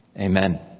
Amen